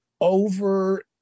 over